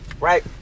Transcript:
Right